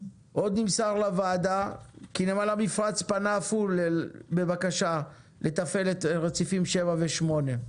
עוד נמסר לוועדה כי נמל המפרץ פנה אף הוא בבקשה לתפעל את רציפים 7 ו-8.